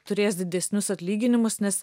turės didesnius atlyginimus nes